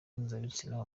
mpuzabitsina